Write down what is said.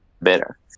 better